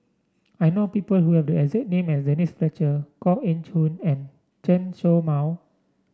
I know people who have the exact name as Denise Fletcher Koh Eng Hoon and Chen Show Mao